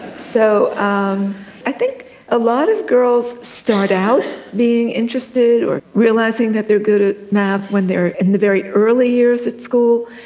so um i think a lot of girls start out being interested, realising that they're good at math when they're in the very early years at school.